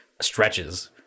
stretches